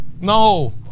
No